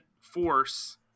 force